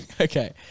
Okay